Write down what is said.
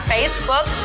Facebook